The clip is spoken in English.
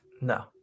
No